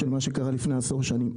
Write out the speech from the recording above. למה שקרה לפני עשור שנים.